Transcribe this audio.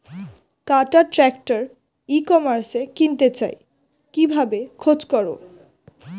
কাটার tractor ই কমার্সে কিনতে চাই কিভাবে খোঁজ করো?